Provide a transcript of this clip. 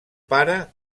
pare